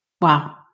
Wow